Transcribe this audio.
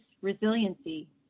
resiliency